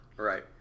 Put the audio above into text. Right